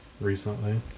recently